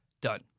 done